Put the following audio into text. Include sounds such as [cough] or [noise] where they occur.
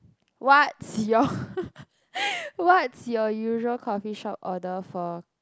what's your [laughs] what's your usual coffee shop order for